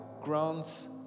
grants